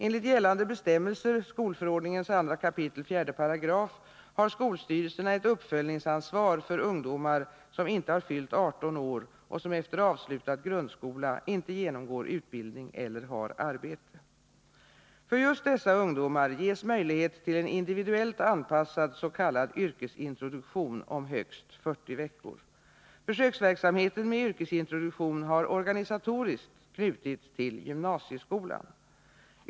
Enligt gällande bestämmelser, skolförordningens 2 kap. 4 §, har skolstyrelserna ett uppföljningsansvar för ungdomar som inte har fyllt 18 år och som efter avslutad grundskola inte genomgår utbildning eller har arbete. För just dessa ungdomar ges möjlighet till en individuellt anpassad s.k. yrkesintroduktion om högst 40 veckor. Försöksverksamheten med yrkesintroduktion har organisatoriskt knutits till gymnasieskolan.